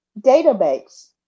database